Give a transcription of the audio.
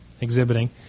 exhibiting